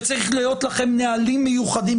וצריכים להיות לכם נהלים מיוחדים,